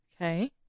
Okay